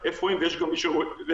צו הבידוד ונרשמו באתר משרד הבריאות